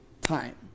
time